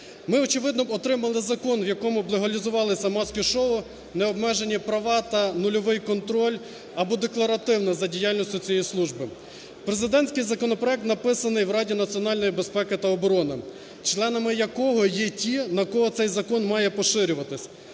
Ми очевидно б отримали закон, в якому б легалізувалися маски-шоу, необмежені права та нульовий контроль або декларативний за діяльністю цієї служби. Президентський законопроект написаний в Раді національної безпеки та оборони, членами якого є ті на кого цей закон має поширюватись.